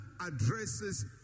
addresses